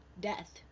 death